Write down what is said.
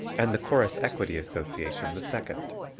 and the chorus equity association the second.